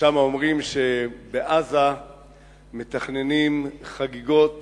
ושם אומרים שבעזה מתכננים חגיגות